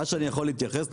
מה שאני יכול להתייחס,